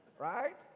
Right